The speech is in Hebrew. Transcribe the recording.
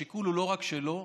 השיקול הוא לא רק שלו.